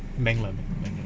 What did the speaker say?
bank lah